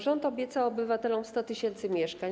Rząd obiecał obywatelom 100 tys. mieszkań.